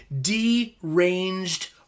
deranged